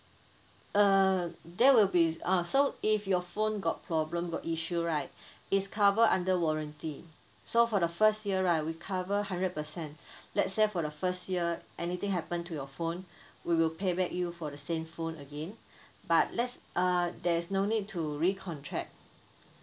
uh that will be uh so if your phone got problem got issue right it's covered under warranty so for the first year right we cover hundred percent let's say for the first year anything happen to your phone we will pay back you for the same phone again but let's uh there's no need to recontract